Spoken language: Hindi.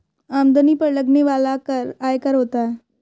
आमदनी पर लगने वाला कर आयकर होता है